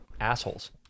assholes